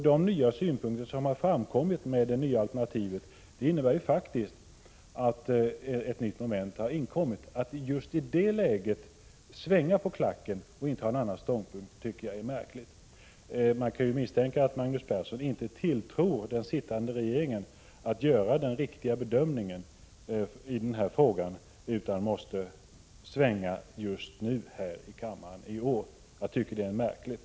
De synpunkter som har framkommit med det nya alternativet innebär faktiskt att ett nytt moment har tillkommit. Jag tycker det är märkligt att just i det läget svänga på klacken och inta en annan ståndpunkt. Man kan misstänka att Magnus Persson inte tilltror den sittande regeringen förmågan att göra en riktig bedömning i denna fråga utan måste svänga just nu här i kammaren i år. Jag tycker det är märkligt.